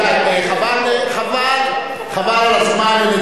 רבותי, חבל על הזמן.